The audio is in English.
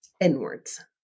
inwards